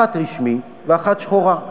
אחת רשמית ואחת שחורה.